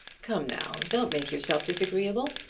come, now don't make yourself disagreeable.